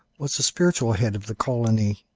was the spiritual head of the colony.